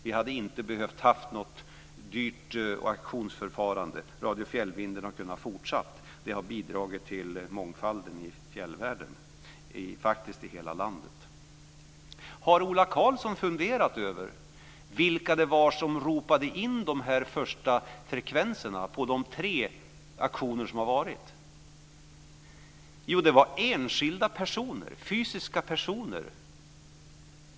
Vi hade inte behövt ha något dyrt auktionsförfarande. Radio Fjällvinden hade kunnat fortsätta. Det hade bidragit till mångfalden i fjällvärlden och faktiskt i hela landet. Har Ola Karlsson funderat över vilka det var som ropade in de här första frekvenserna på de tre auktioner som har varit? Det var enskilda fysiska personer.